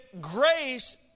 grace